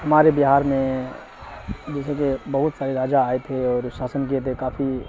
ہمارے بہار میں جیسے کہ بہت سارے راجا آئے تھے اور شاسن کیے تھے کافی